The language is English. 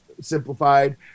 Simplified